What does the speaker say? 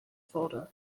folder